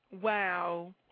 Wow